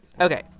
Okay